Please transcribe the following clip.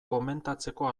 komentatzeko